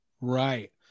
Right